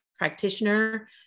Practitioner